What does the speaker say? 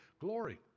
glory